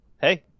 Hey